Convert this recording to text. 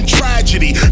tragedy